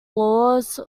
laws